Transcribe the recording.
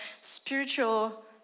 spiritual